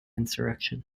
insurrection